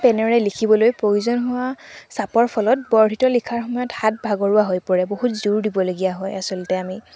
পেনেৰে লিখিবলৈ প্ৰয়োজন হোৱা চাপৰ ফলত বৰ্ধিত লিখাৰ সময়ত হাত ভাগৰুৱা হৈ পৰে বহুত জোৰ দিবলগীয়া হয় আচলতে আমি